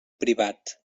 privat